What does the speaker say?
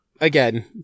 again